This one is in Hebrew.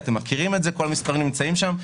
אתם מכירים את זה, כל המספרים נמצאים שם.